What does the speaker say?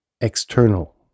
external